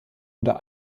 oder